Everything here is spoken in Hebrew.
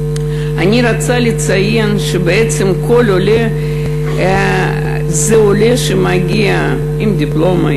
אני רוצה לציין שבעצם כל עולה זה עולה שמגיע עם דיפלומה,